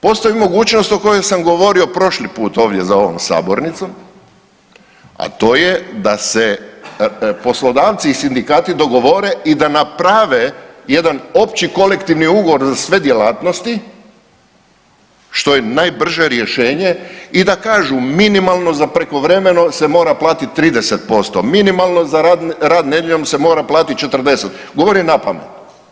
Postoji mogućnost o kojoj sam govorio prošli put ovdje za ovom sabornicom, a to je da se poslodavci i sindikati dogovore i da naprave jedan opći kolektivni ugovor za sve djelatnosti, što je najbrže rješenje i da kažu minimalno za prekovremeno se mora platiti 30%, minimalno za rad nedjeljom se mora platiti 40, govorim napamet.